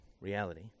reality